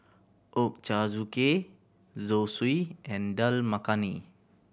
Ochazuke Zosui and Dal Makhani